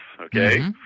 okay